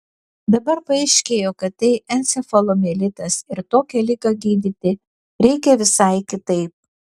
dabar paaiškėjo kad tai encefalomielitas ir tokią ligą gydyti reikia visai kitaip